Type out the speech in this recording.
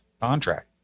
contract